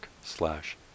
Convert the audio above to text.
slash